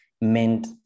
meant